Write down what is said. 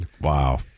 Wow